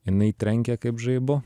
jinai trenkia kaip žaibu